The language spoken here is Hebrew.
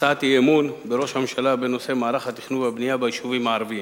הצעת אי-אמון בראש הממשלה בנושא מערך התכנון והבנייה ביישובים הערביים.